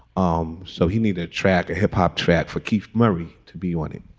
um so he need a track, a hip hop track for keith murray to be on.